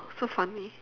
so funny